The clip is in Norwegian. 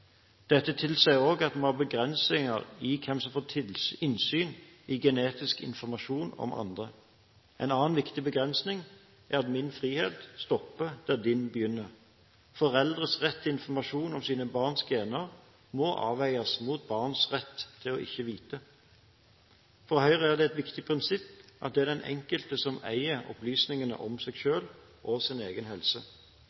Dette tilsier også at vi må ha begrensninger på hvem som får innsyn i genetisk informasjon om andre. En annen viktig begrensning er at min frihet stopper der din begynner. Foreldres rett til informasjon om sine barns gener må avveies mot barns rett til ikke å vite. For Høyre er det et viktig prinsipp at det er den enkelte som eier opplysningene om seg